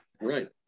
Right